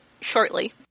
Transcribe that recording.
shortly